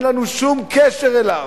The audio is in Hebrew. אין לנו שום קשר אליו.